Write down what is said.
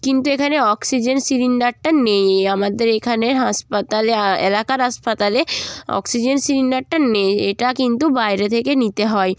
কিন্তু এখানে অক্সিজেন সিলিন্ডারটা নেই এই আমাদের এখানে হাসপাতালে এলাকার হাসপাতালে অক্সিজেন সিলিন্ডারটা নেই এটা কিন্তু বাইরে থেকে নিতে হয়